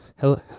Hello